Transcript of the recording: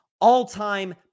all-time